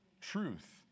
truth